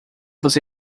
você